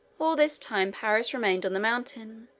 all this time paris remained on the mountain,